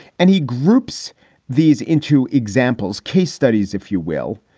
and he groups these into examples, case studies, if you will,